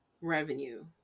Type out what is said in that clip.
revenue